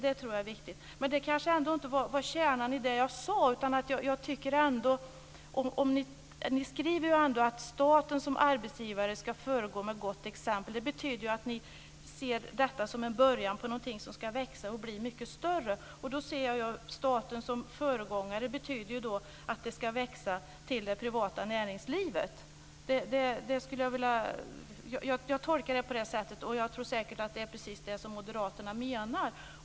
Det tror jag är viktigt. Men det kanske ändå inte var kärnan i det jag sade. Ni skriver ju ändå att staten som arbetsgivare ska föregå med gott exempel. Det betyder att ni ser detta som en början på någonting som ska växa och bli mycket större. Staten som föregångare betyder då att det ska växa till det privata näringslivet. Jag tolkar det på det sättet, och jag tror säkert att det är precis det som moderaterna menar.